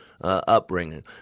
upbringing